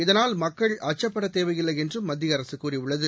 இதனால் மக்கள் அச்சப்படத் தேவையில்லை என்றும் மத்திய அரசு கூறியுள்ளது